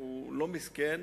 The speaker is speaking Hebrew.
לא מסכן,